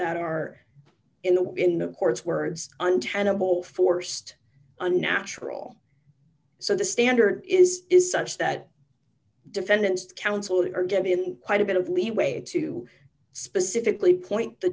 that are in the in the court's words untenable forced unnatural so the standard is is such that defendant's counsel are given quite a bit of leeway to specifically point the